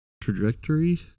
Trajectory